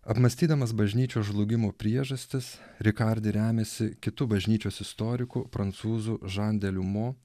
apmąstydamas bažnyčios žlugimo priežastis rikardi remiasi kitu bažnyčios istoriku prancūzų žan de liumo